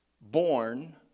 Born